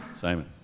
Simon